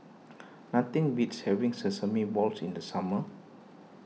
nothing beats having Sesame Balls in the summer